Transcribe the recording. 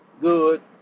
good